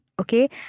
Okay